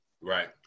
Right